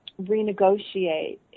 renegotiate